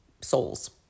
souls